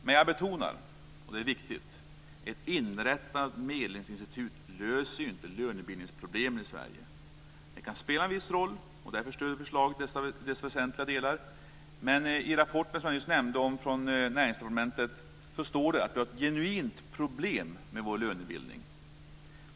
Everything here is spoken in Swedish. Men jag betonar, vilket är viktigt, att ett inrättande av ett medlingsinstitut inte löser lönebildningsproblemen i Sverige. Det kan spela en viss roll, och därför stöder vi förslaget i dess väsentliga delar. Men i den rapport från Näringsdepartementet som jag nyss nämnde står det att vi har "ett genuint problem med vår lönebildning".